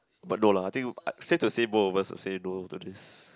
but no lah I think sad to say both of us will say no to this